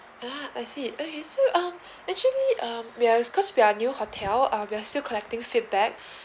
ah I see okay so um actually um we are because we are new hotel uh we're still collecting feedback